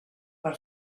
per